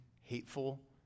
hateful